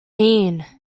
mean